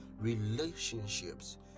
relationships